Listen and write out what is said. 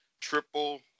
Triple